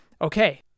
okay